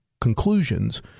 conclusions